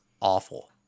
awful